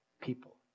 people